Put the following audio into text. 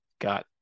got